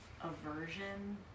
aversion